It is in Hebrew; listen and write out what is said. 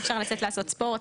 אי אפשר לעשות ספורט,